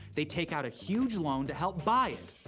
they take out a huge loan to help buy it,